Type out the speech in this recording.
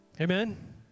Amen